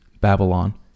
Babylon